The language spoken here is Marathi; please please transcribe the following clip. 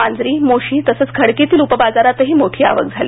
मांजरी मोशी तसेच खडकीतील उपबाजारातही मोठी आवक झाली